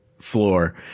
floor